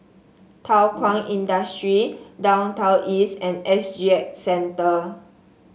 Thow Kwang Industry Downtown East and S G X Centre